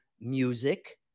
music